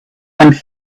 and